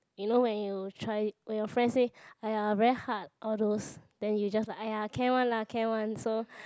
you know when you try when your friend say !aiya! very hard all those then you just like !aiya! can one lah can one so